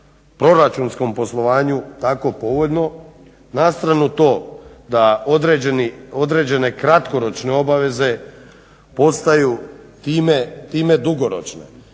proračunskom poslovanju tako povoljno. Na stranu to da određene kratkoročne obaveze postaju time dugoročno,